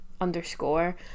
underscore